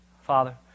Father